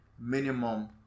minimum